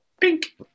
pink